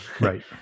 Right